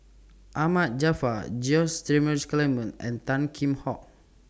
Ahmad Jaafar George Dromgold Coleman and Tan Kheam Hock